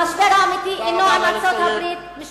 המשבר האמיתי אינו עם ארצות-הברית, תודה רבה.